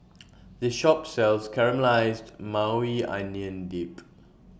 This Shop sells Caramelized Maui Onion Dip